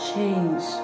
Change